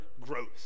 growth